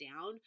down